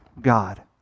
God